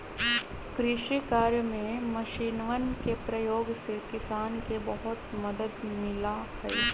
कृषि कार्य में मशीनवन के प्रयोग से किसान के बहुत मदद मिला हई